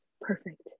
Perfect